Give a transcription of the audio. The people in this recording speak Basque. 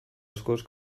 askoz